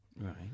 Right